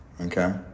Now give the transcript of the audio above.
Okay